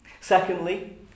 Secondly